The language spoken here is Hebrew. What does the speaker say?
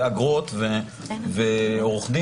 אגרות ועורך דין.